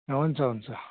हुन्छ हुन्छ